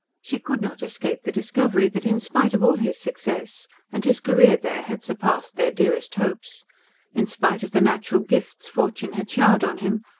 she could not escape the discovery that, in spite of all his success and his career there had surpassed their dearest hopes in spite of the natural gifts fortune had showered on him,